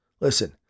Listen